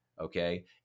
okay